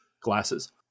glasses